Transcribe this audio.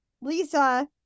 lisa